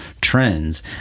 trends